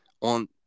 on